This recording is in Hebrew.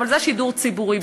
אבל זה שידור ציבורי.